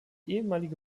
ehemalige